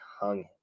hung